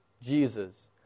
Jesus